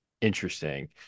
interesting